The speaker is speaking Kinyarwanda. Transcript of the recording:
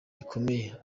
rikomeye